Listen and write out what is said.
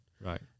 Right